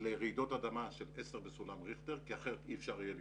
לרעידות אדמה 10 בסולם ריכטר כי אחרת אי אפשר יהיה לבנות,